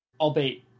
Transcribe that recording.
albeit